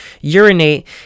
urinate